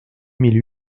mille